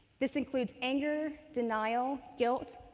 this includes anger, denial, guilt,